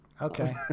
Okay